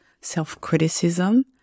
self-criticism